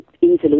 easily